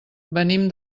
venim